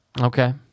okay